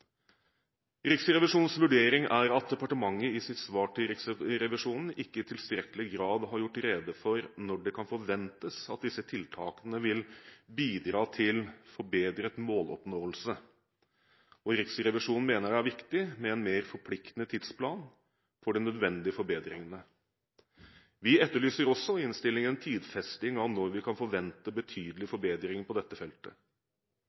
Riksrevisjonens vurdering er at departementet i sitt svar til Riksrevisjonen ikke i tilstrekkelig grad har gjort rede for når det kan forventes at disse tiltakene vil bidra til forbedret måloppnåelse. Riksrevisjonen mener det er viktig med en mer forpliktende tidsplan for de nødvendige forbedringene. Vi etterlyser også i innstillingen en tidfesting av når vi kan forvente betydelige forbedringer på dette feltet.